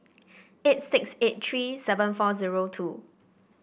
eight six eight three seven four zero two